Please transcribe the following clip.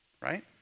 Right